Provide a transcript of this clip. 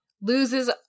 loses